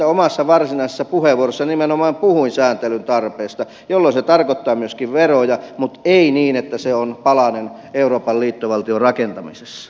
omassa varsinaisessa puheenvuorossani nimenomaan puhuin sääntelyn tarpeesta jolloin se tarkoittaa myöskin veroja mutta ei niin että se on palanen euroopan liittovaltion rakentamisessa